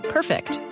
Perfect